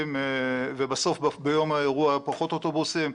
ובסוף ביום האירוע היו פחות אוטובוסים.